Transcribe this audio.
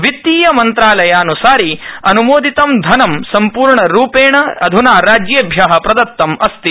वित्तीयमन्त्रालयान्सारि अन्मोदितं धनं सम्पूर्णरूपेण अध्ना राज्येभ्य प्रदत्तम् अस्ति